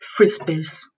Frisbees